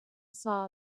saw